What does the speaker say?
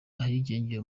ahirengeye